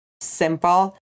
simple